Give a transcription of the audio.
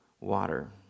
water